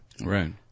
Right